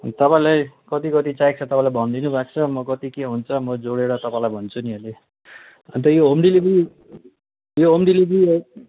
तपाईँलाई कति कति चाहिएको छ तपाईँले भनिदिनु भएको छ म कति के हुन्छ म जोडेर तपाईँलाई भन्छु नि अहिले अन्त यो होम डेलिभरी यो होम डेलिभरी